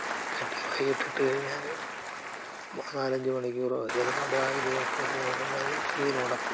കെട്ടി വൈകിട്ട് ഇട്ട് കഴിഞ്ഞാൽ നാലഞ്ച് മണിക്കൂറോ ചിലപ്പം രാവിലെയൊക്കെ എത്തി നോക്കുമ്പം അതിൽ മീൻ ഉടക്കും